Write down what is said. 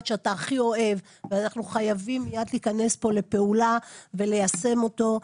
שאתה הכי אוהב ואנחנו חייבים מיד להיכנס פה לפעולה וליישם אותו.